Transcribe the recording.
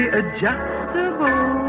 adjustable